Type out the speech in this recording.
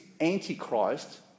Antichrist